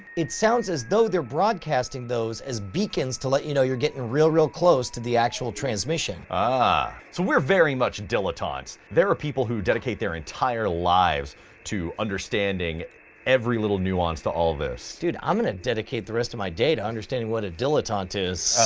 it sounds as though they're broadcasting those as beacons to let you know you're getting real, real close to the actual transmission. jason ah! so we're very much dilettantes. there are people who dedicate their entire lives to understanding every little nuance to all this. dude, i'm going to dedicate the rest of my day to understanding what a dilettante is.